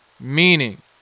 Meaning